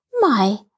My